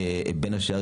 בין השאר,